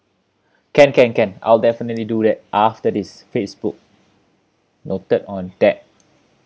can can can I'll definitely do that after this Facebook noted on that